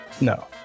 no